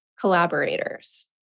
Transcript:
collaborators